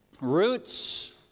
roots